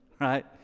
right